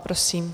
Prosím.